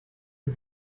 die